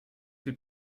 your